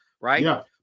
right